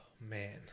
man